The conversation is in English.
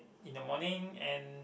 in the morning and